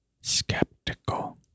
Skeptical